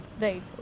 Right